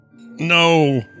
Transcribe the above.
no